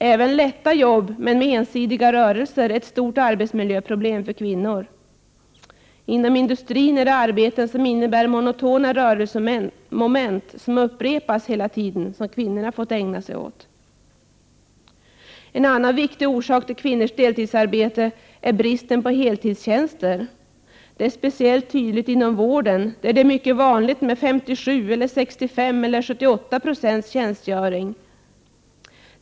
Även jobb som är lätta men som innebär ensidiga rörelser är ett stort arbetsmiljöproblem för kvinnor. Inom industrin är det de arbeten som innebär monotona rörelsemoment som upprepas hela tiden som kvinnorna fått ägna sig åt. En annan viktig orsak till kvinnors deltidsarbete är bristen på heltidstjänster. Det är speciellt tydligt inom vården, där det är mycket vanligt med 57 96, 65 90 eller 78 22 tjänstgöring.